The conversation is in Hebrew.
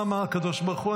מה אמר הקדוש ברוך הוא?